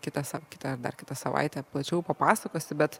kitą sa kitą ar dar kitą savaitę plačiau papasakosi bet